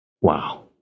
Wow